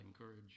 encourage